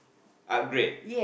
upgrade